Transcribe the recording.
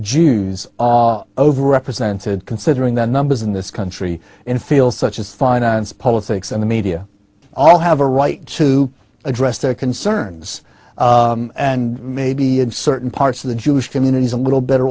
jews are overrepresented considering their numbers in this country in fields such as finance politics and the media all have a right to address their concerns and maybe in certain parts of the jewish communities a little better